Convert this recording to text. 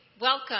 Welcome